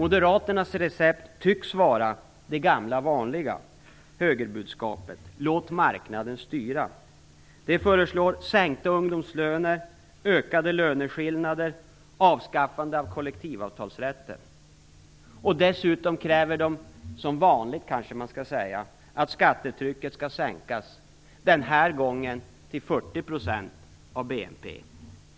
Moderaternas recept tycks vara det gamla vanliga högerbudskapet: Låt marknaden styra. Dessutom kräver de - som vanligt kanske man skall säga - att skattetrycket skall sänkas, den här gången till 40 % av BNP.